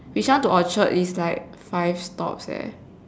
bishan to orchard is like five stops leh